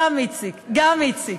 גם איציק, גם איציק.